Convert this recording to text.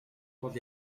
бол